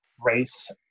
race